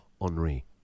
Henri